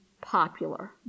popular